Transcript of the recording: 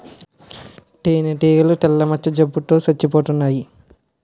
తేనీగలు తెల్ల మచ్చ జబ్బు తో సచ్చిపోతన్నాయి